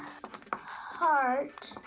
heart.